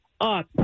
Up